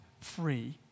free